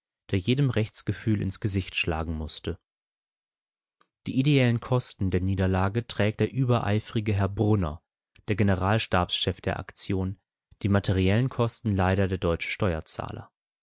der jedem rechtsgefühl ins gesicht schlagen mußte die ideellen kosten der niederlage trägt der übereifrige herr brunner der generalstabschef der aktion die materiellen kosten leider der